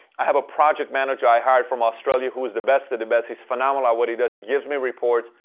i have a project manager i hired from australia who is the best of the best. he's phenomenal at ah what he does. he gives me reports.